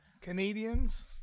Canadians